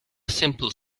simple